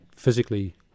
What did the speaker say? Physically